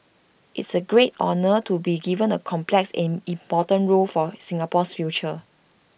it's A great honour to be given A complex and important role for Singapore's future